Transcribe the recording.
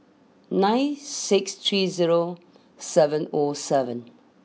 nine six three zero seven O seven